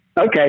Okay